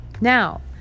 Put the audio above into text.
Now